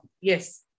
Yes